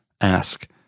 ask